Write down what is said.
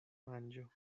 manĝo